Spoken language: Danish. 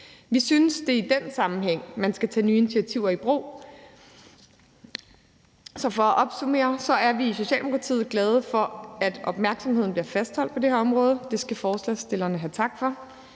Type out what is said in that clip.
Vi synes, at det er i den sammenhæng, man skal tage nye initiativer i brug. Så for at opsummere: Vi er i Socialdemokratiet glade for, at opmærksomheden bliver fastholdt på det her område. Det skal forslagsstillerne have tak for.